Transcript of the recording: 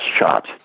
shot